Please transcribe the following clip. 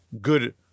good